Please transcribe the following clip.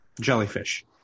jellyfish